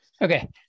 Okay